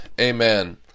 Amen